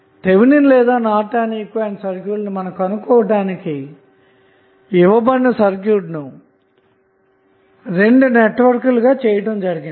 Thevenin లేదా Norton equivalent circuit లను కనుక్కోవటానికి ఇవ్వబడిన సర్క్యూట్ ను రెండు నెట్వర్క్లుగా చేస్తాము